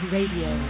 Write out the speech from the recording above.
Radio